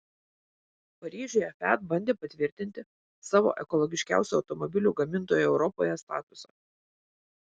paryžiuje fiat bandė patvirtinti savo ekologiškiausio automobilių gamintojo europoje statusą